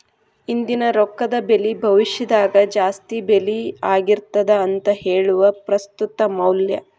ಇಂದಿನ ರೊಕ್ಕದ ಬೆಲಿ ಭವಿಷ್ಯದಾಗ ಜಾಸ್ತಿ ಬೆಲಿ ಆಗಿರ್ತದ ಅಂತ ಹೇಳುದ ಪ್ರಸ್ತುತ ಮೌಲ್ಯ